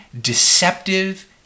deceptive